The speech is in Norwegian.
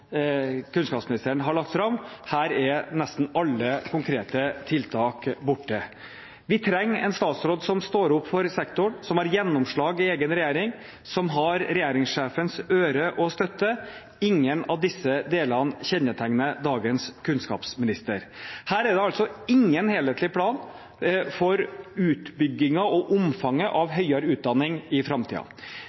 kunnskapsministeren har lagt fram. Her er nesten alle konkrete tiltak borte. Vi trenger en statsråd som står opp for sektoren, som har gjennomslag i egen regjering, som har regjeringssjefens øre og støtte. Ingen av disse delene kjennetegner dagens kunnskapsminister. Her er det altså ingen helhetlig plan for utbyggingen og omfanget av høyere utdanning i